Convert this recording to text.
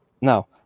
No